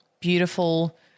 beautiful